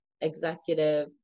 executive